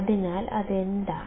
അതിനാൽ അതെന്താണ്